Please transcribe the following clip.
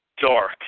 dark